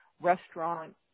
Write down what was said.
restaurant